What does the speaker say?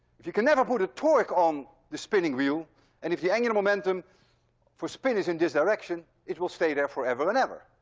if you can never put a torque on the spinning wheel and if the angular momentum for spin is in this direction, it will stay there forever and ever,